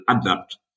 adapt